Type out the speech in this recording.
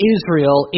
Israel